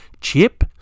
chip